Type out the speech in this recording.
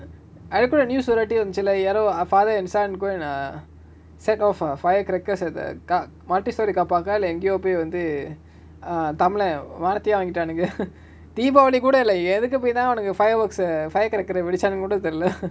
அன்னைக்கு கூட:annaiku kooda news வெரட்டி வந்துச்சுல யாரோ:veratti vanthuchula yaaro ah father and son go and ah set off a firecrackers at the ka~ multi multistorey carpark ah இல்ல எங்கயோ போய் வந்து:illa engayo poai vanthu err tamilan மானத்தயே வாங்கிடானுங்க:maanathaye vaangitaanunga deepavali கூட:kooda like எதுக்கு போய்தா அவனுங்க:ethuku poaitha avanunga fireworks ah firecracker ah வெடிசானுங்க கூட தெரில:vedichanunga kooda therila